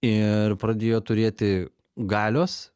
ir pradėjo turėti galios